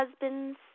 husbands